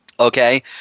Okay